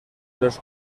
los